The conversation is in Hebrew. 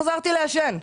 חזרתי לעשן.